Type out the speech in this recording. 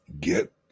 get